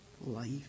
life